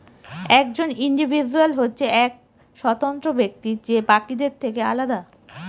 একজন ইন্ডিভিজুয়াল হচ্ছে এক স্বতন্ত্র ব্যক্তি যে বাকিদের থেকে আলাদা